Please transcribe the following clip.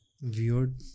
Weird